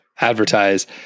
advertise